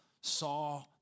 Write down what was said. saw